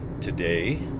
today